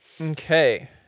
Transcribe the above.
Okay